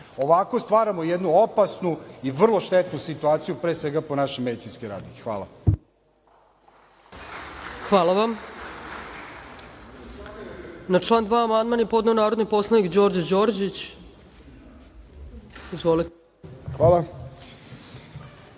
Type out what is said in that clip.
Ovako stvaramo jednu opasnu i vrlo štetnu situaciju, pre svega po naše medicinske radnike. Hvala. **Ana Brnabić** Hvala. Na član 2. amandman je podneo narodni poslanik Đorđe Đorđić. Izvolite.